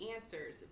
answers